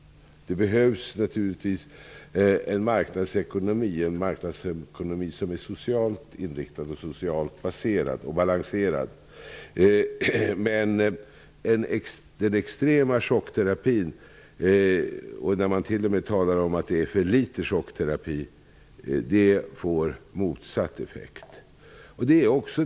Det behövs naturligtvis en marknadsekonomi som är socialt inriktad och socialt balanserad. Man talar om att det har varit för litet chockterapi. Men en extrem chockterapi får motsatt effekt.